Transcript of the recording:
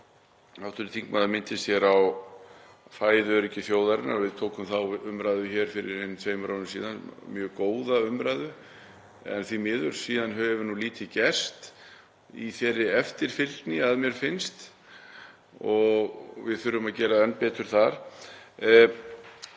Hv. þingmaður minntist hér á fæðuöryggi þjóðarinnar og við tókum þá umræðu hér fyrir tveimur árum síðan, mjög góða umræðu. En því miður hefur síðan lítið gerst í þeirri eftirfylgni að mér finnst og við þurfum að gera enn betur þar.